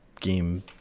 game